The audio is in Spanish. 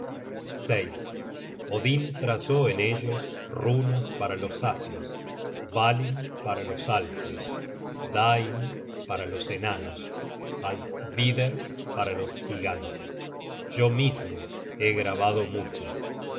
dioses odin trazó en ellos runas para los asios dvalinn para los alfios dain para los enanos alsvider para los gigantes yo mismo he grabado muchas